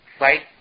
right